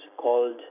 called